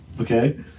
okay